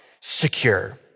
secure